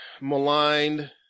maligned